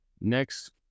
next